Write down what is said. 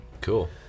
Cool